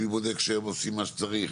מי בודק שהן עושות מה שצריך?